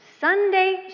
Sunday